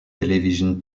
television